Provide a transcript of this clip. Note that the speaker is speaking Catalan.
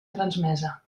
transmesa